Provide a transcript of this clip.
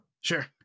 Sure